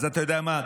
אל תזכיר את זה.